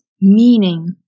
meaning